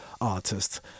artists